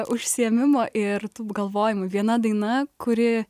užsiėmimo ir tų galvojimų viena daina kuri